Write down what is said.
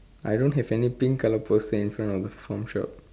I don't have any pink colour poster in front of the farm shop